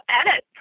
edit